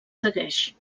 segueix